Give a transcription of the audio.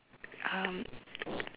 um